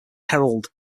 herald